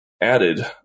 added